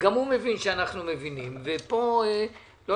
גם הוא מבין שאנחנו מבינים, ולא נאפשר.